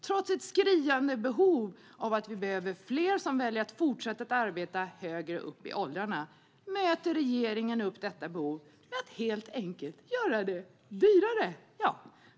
Trots ett skriande behov av fler som väljer att fortsätta arbeta högre upp i åldrarna möter regeringen detta behov med att helt enkelt göra det dyrare.